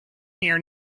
here